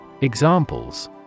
Examples